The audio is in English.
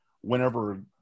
whenever